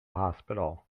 hospital